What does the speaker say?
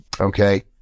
Okay